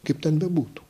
kaip ten bebūtų